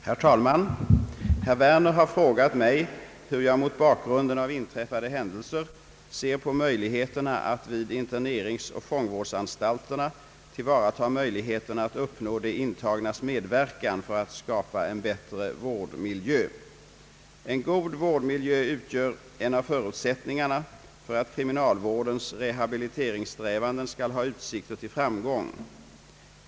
Herr talman! Herr Werner har frågat mig hur jag mot bakgrunden av inträffade händelser ser på möjligheterna att vid interneringsoch fångvårdsanstalterna tillvarata möjligheterna att uppnå de intagnas medverkan för att skapa en bättre vårdmiljö. En god vårdmiljö utgör en av förutsättningarna för att kriminalvårdens rehabiliteringssträvanden skall ha utsikter till framgång.